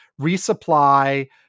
resupply